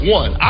one